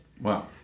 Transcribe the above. Wow